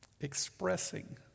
expressing